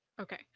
Okay